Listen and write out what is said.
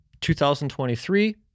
2023